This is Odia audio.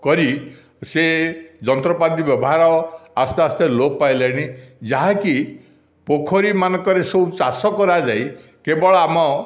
କରି ସେ ଯନ୍ତ୍ରପାତି ବ୍ୟବହାର ଆସ୍ତେ ଆସ୍ତେ ଲୋପ ପାଇଲାଣି ଯାହାକି ପୋଖରୀ ମାନଙ୍କରେ ସବୁ ଚାଷ କରାଯାଇ କେବଳ ଆମ